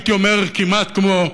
הייתי אומר כמעט כמו